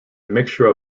mixture